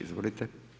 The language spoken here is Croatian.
Izvolite.